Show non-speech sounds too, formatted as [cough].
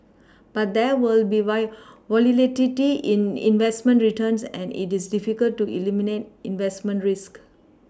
but there will be white [unintelligible] in investment returns and it is difficult to eliminate investment risk